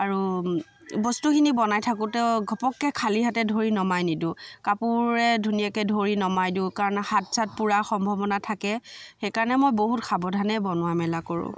আৰু বস্তুখিনি বনাই থাকোঁতেও ঘপককৈ খালী হাতে ধৰি নমাই নিদোঁ কাপোৰেৰে ধুনীয়াকৈ ধৰি নমাই দিওঁ কাৰণ হাত চাত পোৰাৰ সম্ভাৱনা থাকে সেইকাৰণে মই বহুত সাৱধানে বনোৱা মেলা কৰোঁ